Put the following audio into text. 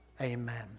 Amen